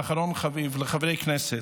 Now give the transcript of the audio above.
ואחרון חביב, לחברי הכנסת: